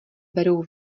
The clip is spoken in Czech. berou